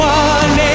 one